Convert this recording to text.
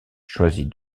choisit